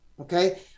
okay